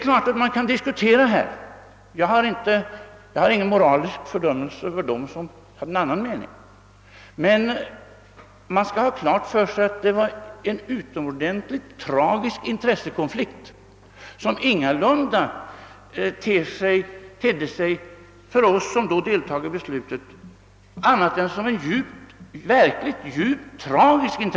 Jag fördömer inte moraliskt dem som har en annan mening härom, men man skall ha klart för sig att denna intressekonflikt för oss, som då deltog i beslutet, tedde sig som djupt tragisk.